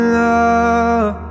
love